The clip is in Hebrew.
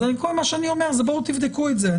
אז כל מה שאני אומר בואו תבדקו את זה,